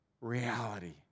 reality